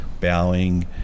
bowing